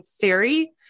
theory